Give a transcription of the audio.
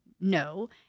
no